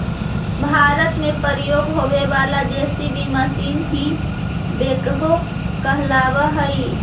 भारत में प्रयोग होवे वाला जे.सी.बी मशीन ही बेक्हो कहलावऽ हई